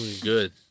good